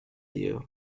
you